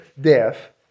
death